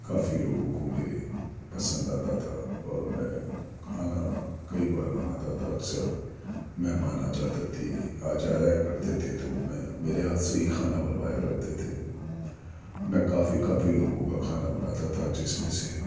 کافی لوگوں کو میرے پسند آتا تھا اور میں کھانا کئی بار بناتا تھا اکثر مہمان آ جاتے تھے آ جایا کرتے تھے تو میں میرے ہاتھ سے ہی کھانا بنوایا کرتے تھے میں کافی کافی لوگوں کا کھانا بناتا تھا جس میں سے